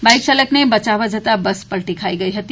બાઇકચાલકને બચાવવા જતા બસ પલટી ખાઈ ગઈ હતી